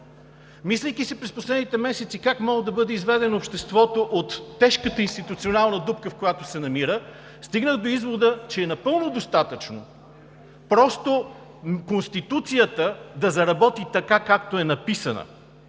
Мислейки си през последните месеци как може да бъде изведено обществото от тежката институционална дупка, в която се намира, стигнах до извода, че е напълно достатъчно просто Конституцията да заработи така, както е написана.